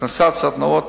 הכנסת סדנאות